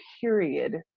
period